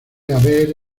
haber